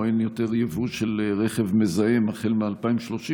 או אין יותר יבוא של רכב מזהם החל מ-2030,